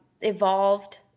Evolved